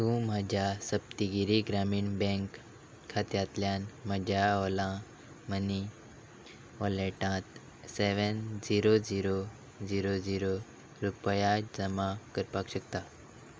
तूं म्हज्या सप्तिगिरी ग्रामीण बँक खात्यांतल्यान म्हज्या ओला मनी वॉलेटांत seven zero zero zero zero रुपया जमा करपाक शकता